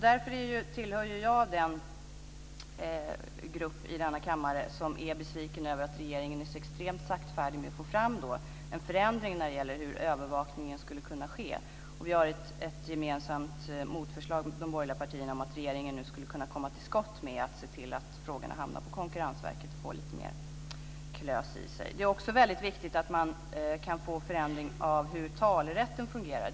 Jag tillhör den grupp i denna kammare som är besviken över att regeringen är så sen när det gäller att få till stånd en förändring av övervakningen. Vi har från de borgerliga partierna ett gemensamt motförslag om att regeringen nu skulle kunna komma till skott med att se till att Konsumentverket får lite mera klös. Det är också väldigt viktigt att man kan få till stånd en förändring av hur talerätten fungerar.